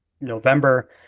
November